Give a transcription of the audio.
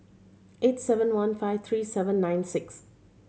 eight seven one five three seven nine six